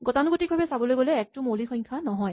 গতানুগতিকভাৱে চাবলৈ গ'লে এক টো মৌলিক সংখ্যা নহয়